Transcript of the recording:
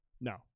No